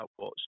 outputs